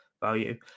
value